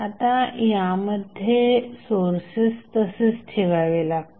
आता त्यामध्ये सोर्सेस तसेच ठेवावे लागतील